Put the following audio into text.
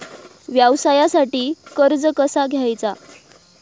व्यवसायासाठी कर्ज कसा घ्यायचा?